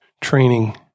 training